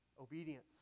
obedience